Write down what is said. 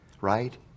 right